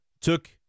took